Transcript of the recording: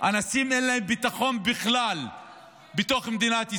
לאנשים אין ביטחון בכלל בתוך מדינת ישראל.